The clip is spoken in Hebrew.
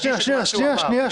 שנייה.